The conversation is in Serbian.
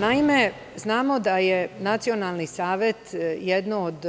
Naime, znamo da je Nacionalni savet jedno od